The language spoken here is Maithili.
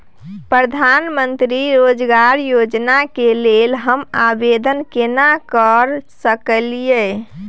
प्रधानमंत्री रोजगार योजना के लेल हम आवेदन केना कर सकलियै?